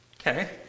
Okay